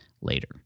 later